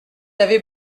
avez